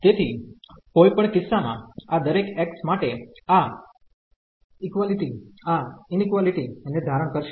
તેથી કોઈપણ કિસ્સા માં આ દરેક x માટે આ ઇક્વાલીટી આ ઇનક્વાલીટી ને ધારણ કરશે